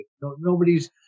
Nobody's